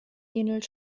ähnelt